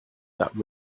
that